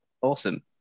Awesome